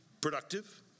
productive